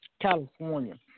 California